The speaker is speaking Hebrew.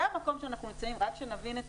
זה המקום שאנחנו נמצאים, רק שנבין את